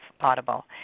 Audible